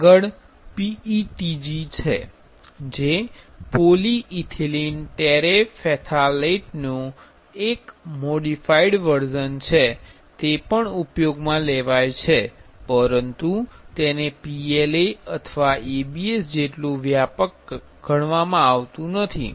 આગળ PETG છે જે પોલિઇથિલિન ટેરેફેથાલેટનું નુ એક મોડીફાઇડ વર્ઝ્ન છે તે પણ ઉપયોગમાં લેવાય છે પરંતુ તે PLA અથવા ABS જેટલું વ્યાપક નથી